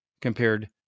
compared